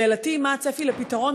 שאלתי היא: מה הצפי לפתרון?